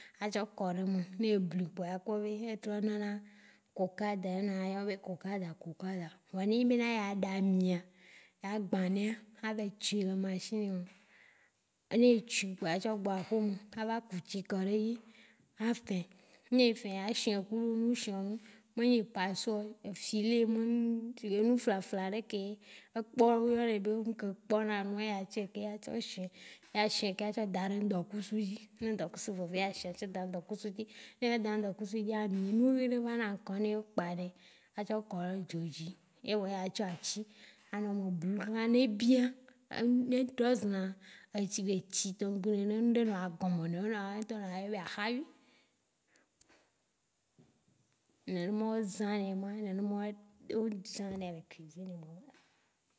a tsɔ kɔɖe me ne eblui kpɔa ya kpɔ be trɔna la kokaɖa ena woyɔna be kɔkaɖa. Vɔa ne enyi be ya ɖa amia ya gbã nɛa a va yi tsui le machine me, ne etsui kpɔa a tsɔ gbɔ aƒe me a ku tsi kɔɖe edzi a fẽ, ne efẽa eshẽ kuɖo ŋushẽwu. Me nyi passeoir o. E filet me nu enu flafla ɖeke ekpɔ ɖo o yɔnɛ be ŋke kpɔna nu eya tse ke a sɔ shẽ ya shẽ ka tsɔ daɖe ŋdɔkusu dzi ne ŋdɔkusu veve ya shẽ sɔ daɖe ŋdɔkusu dzi. Ne eya daɖe ŋdɔkusu dzia, nu nui ɖe va na a kɔnɛ o kpanɛ a tsɔ kɔɖe dzo dzi ewɔ ya tsɔ atsi a nɔ me blu, ne ebia, en- ne eɖɔzi na shigbe etsi tɔŋgbe nene ŋɖe nɔna gɔme nɔna oŋtɔ na yɔɛ be ahayũ. Nene ma o zã nɛ ma, nene ma o zã nɛ leke.